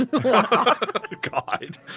God